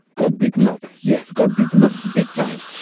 got beaten up, yes, got beaten up big-time.